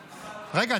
שאלה --- רגע,